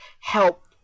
help